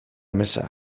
meza